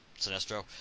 Sinestro